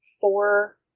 four